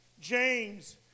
James